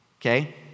Okay